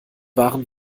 waren